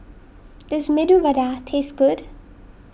does Medu Vada taste good